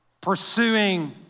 pursuing